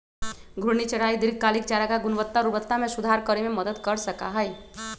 घूर्णी चराई दीर्घकालिक चारागाह गुणवत्ता और उर्वरता में सुधार करे में मदद कर सका हई